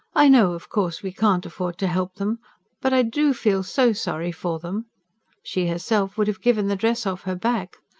i know, of course, we can't afford to help them but i do feel so sorry for them she herself would have given the dress off her back.